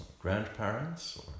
grandparents